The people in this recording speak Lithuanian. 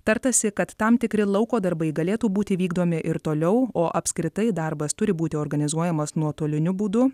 tartasi kad tam tikri lauko darbai galėtų būti vykdomi ir toliau o apskritai darbas turi būti organizuojamas nuotoliniu būdu